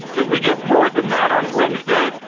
if we get more than that on wednesday,